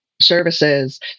services